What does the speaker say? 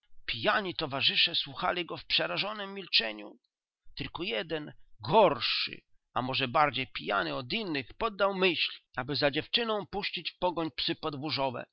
pijani towarzysze słuchali go w przerażonem milczeniu tylko jeden gorszy a może bardziej pijany od innych poddał myśl aby za dziewczyną puścić w pogoń psy